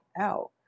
out